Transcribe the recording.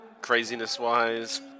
craziness-wise